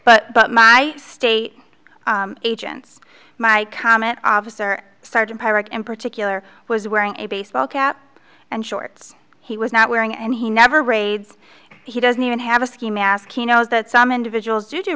but but my state agents my comment obvious or sergeant pirate in particular was wearing a baseball cap and shorts he was not wearing and he never raids he doesn't even have a ski mask he knows that some individuals do do